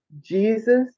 Jesus